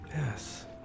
Yes